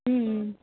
ம்ம்